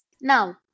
Now